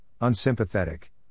unsympathetic